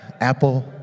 apple